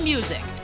Music